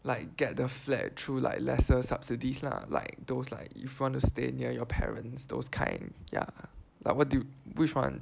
like get the flat through like lesser subsidies lah like those like if you want to stay near your parents those kind ya lah what do you which one